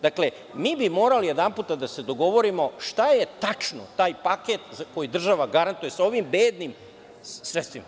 Dakle, mi bi morali jedanputa da se dogovorimo, šta je tačno taj paket za koji država garantuje, sa ovim bednim sredstvima.